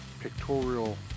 pictorial